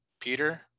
peter